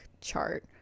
chart